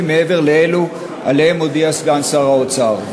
מעבר לאלו שעליהם הודיע סגן שר האוצר?